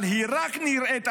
אבל היא רק נראית אשכנזייה,